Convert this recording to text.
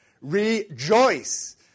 Rejoice